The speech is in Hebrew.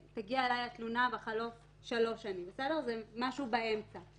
שתגיע אלי התלונה בחלוף שלוש שנים, זה משהו באמצע.